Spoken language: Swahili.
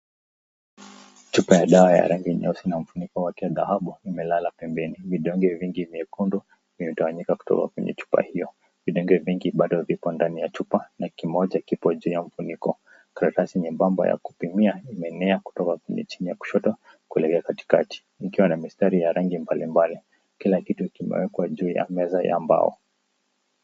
Chupa ya dawa ya rangi meusi na mfuniko wake wa dhahabu imelala pembeni. Vidonge vingi vyekundu vimetawanyika kutoka kwenye chupa hio. Vidonge vingi bado viko ndani ya chupa na kimoja kiko juu ya mfuniko. Karatasi nyembamba ya kupimia imeenea kutoka kwenye chini ya kushoto kuelekea katikati ikiwa na mistrai ya rangi mbalimbali. Kila kitu kimewekwa juu ya meza ya mbao.